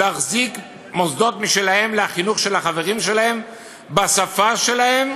להחזיק מוסדות משלהם לחינוך של החברים שלהם בשפה שלהם,